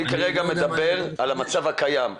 אני כרגע מדבר על המצב הקיים,